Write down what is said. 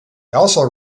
also